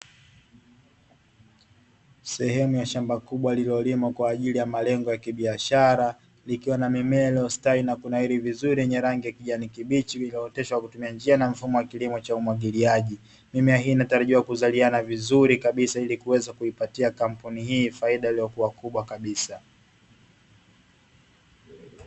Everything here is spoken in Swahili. Sehemu ya shamba kubwa lililolimwa kwa ajili ya malengo ya kibiashara nikiwa na mimea iliyo stahi na kuna hili vizuri lenye rangi ya kijani kibichi iliyooteshwa kutumia njia na mfumo wa kilimo cha umwagiliaji mimea hii natarajiwa kuzaliana vizuri kabisa ili kuweza kuipatia kampuni hii faida iliyokuwa kubwa kabisa